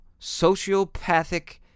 sociopathic